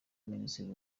minisitiri